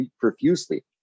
profusely